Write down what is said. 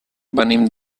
venim